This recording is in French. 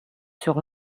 sur